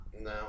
No